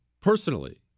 personally